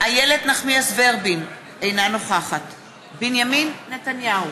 איילת נחמיאס ורבין, אינה נוכחת בנימין נתניהו,